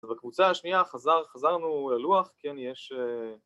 בקבוצה השנייה חזרנו ללוח, כן יש